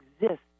exist